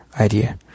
idea